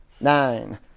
nine